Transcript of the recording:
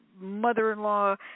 mother-in-law